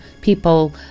people